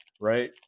right